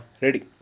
Ready